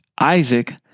Isaac